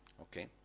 Okay